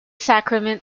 sacrament